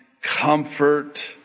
comfort